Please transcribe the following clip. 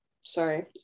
sorry